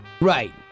right